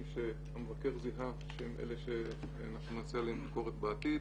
שהמבקר זיהה שהם אלה שאנחנו נעשה עליהם ביקורת בעתיד.